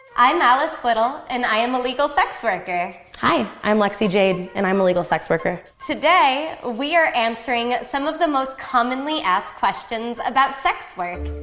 i'm alice little, and i am a legal sex worker. hi, i'm lexie jade, and i'm a legal sex worker. today we are answering some of the most commonly asked questions about sex work.